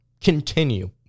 continue